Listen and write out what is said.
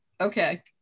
okay